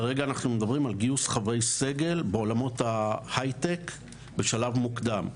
כרגע אנחנו מדברים על גיוס חברי סגל בעולמות ההייטק בשלב מוקדם.